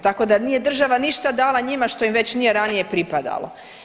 Tako da nije država ništa dala njima što im već nije ranije pripadalo.